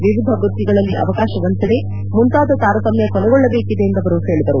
ವಿವಿಧ ವೃತ್ತಿಗಳಲ್ಲಿ ಅವಕಾಶ ವಂಚನೆ ಮುಂತಾದ ತಾರತಮ್ಮ ಕೊನೆಗೊಳ್ಳಬೇಕಿದೆ ಎಂದು ಅವರು ಹೇಳಿದರು